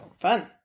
Fun